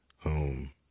home